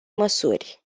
măsuri